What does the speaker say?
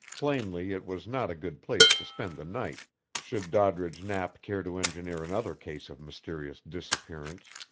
plainly it was not a good place to spend the night should doddridge knapp care to engineer another case of mysterious disappearance.